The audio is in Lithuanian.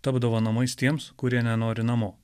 tapdavo namais tiems kurie nenori namo